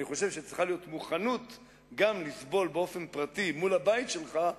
אני חושב שצריכה להיות מוכנות גם לסבול באופן פרטי מול הבית שלך,